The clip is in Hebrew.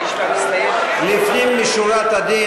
לפנים משורת הדין,